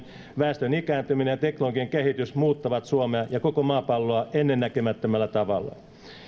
väestön ikääntyminen ja teknologinen kehitys muuttavat suomea ja koko maapalloa ennennäkemättömällä tavalla